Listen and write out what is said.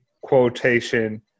quotation